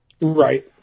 right